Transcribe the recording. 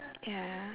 ya